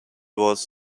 was